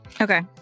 Okay